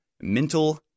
Mental